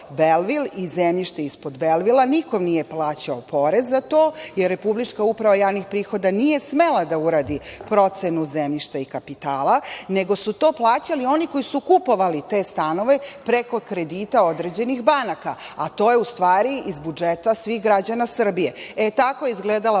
i zemljište ispod Belvila, nikom nije plaćao porez za to i Republička uprava javnih prihoda nije smela da uradi procenu zemljišta i kapitala, nego su to plaćali oni koji su kupovali te stanove preko kredita određenih banaka, a koje u stvari iz budžeta svih građana Srbije. Tako je izgledala